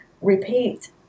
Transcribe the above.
repeat